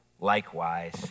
likewise